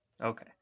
Okay